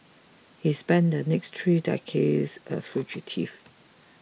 he spent the next three decades a fugitive